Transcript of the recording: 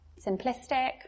Simplistic